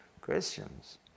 Christians